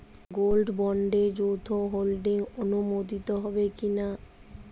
Gold বন্ডে যৌথ holding অনুমোদিত হবে কিনা?